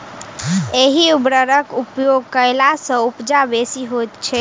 एहि उर्वरकक उपयोग कयला सॅ उपजा बेसी होइत छै